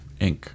Inc